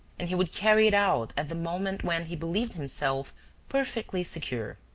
and he would carry it out at the moment when he believed himself perfectly secure.